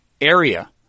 area